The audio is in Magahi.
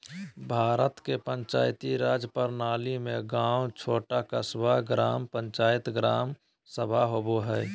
भारत के पंचायती राज प्रणाली में गाँव छोटा क़स्बा, ग्राम पंचायत, ग्राम सभा होवो हइ